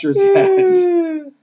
heads